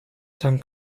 dann